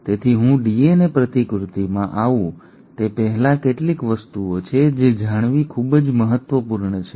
તેથી હું ડીએનએ પ્રતિકૃતિમાં આવું તે પહેલાં કેટલીક વસ્તુઓ છે જે જાણવી ખૂબ જ મહત્વપૂર્ણ છે